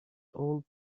old